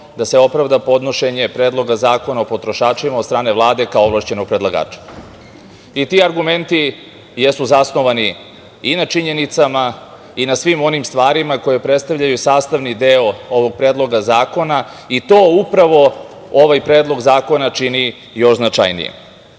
da se opravda podnošenje Predloga zakona o potrošačima od strane Vlade, kao ovlašćenog predlagača. Ti argumenti jesu zasnovani i na činjenicama i na svim onim stvarima koje predstavljaju sastavni deo ovog predloga zakona, i to upravo ovaj predlog zakona čini još značajnijim. Predlog